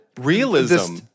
realism